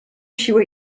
siłę